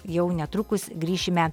jau netrukus grįšime